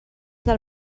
del